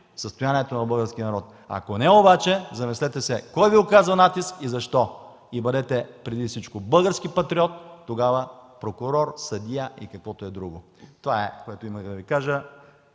състоянието на българския народ. Ако не обаче, замислете се кой Ви оказва натиск и защо, и бъдете преди всичко български патриот, а тогава – прокурор, съдия или каквото и да е друго. Това е, което имах да Ви кажа.